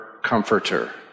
Comforter